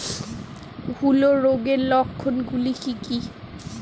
হূলো রোগের লক্ষণ গুলো কি কি?